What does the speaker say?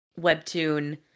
webtoon